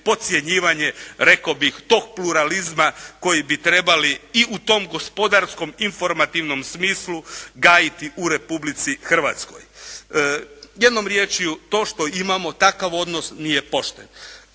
podcjenjivanje rekao bih tog pluralizma koji bi trebali i u tom gospodarskom informativnom smislu gajiti u Republici Hrvatskoj. Jednom riječju to što imamo, takav odnos nije pošten.